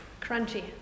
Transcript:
crunchy